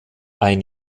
ein